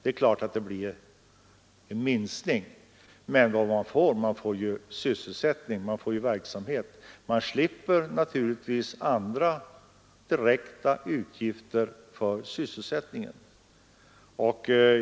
Det är klart att det blir en minskning av de direkta statsinkomsterna, men i stället får man verksamhet och slipper andra direkta utgifter för sysselsättningen.